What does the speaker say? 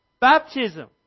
Baptism